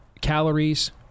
calories